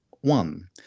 one